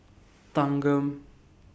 Thanggam